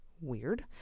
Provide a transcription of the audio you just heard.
Weird